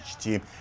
team